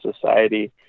society